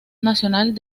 nacional